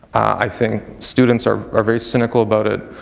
i think students are are very cynical about it.